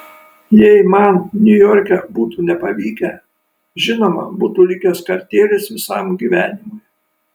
jei man niujorke būtų nepavykę žinoma būtų likęs kartėlis visam gyvenimui